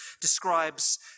describes